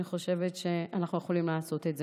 אני חושבת שאנחנו יכולים לעשות את זה.